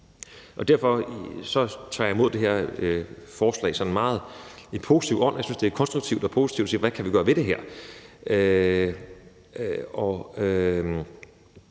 Derfor tager jeg imod det her forslag i en meget positiv ånd. Jeg synes, det er konstruktivt og positivt at spørge, hvad vi kan gøre ved det her.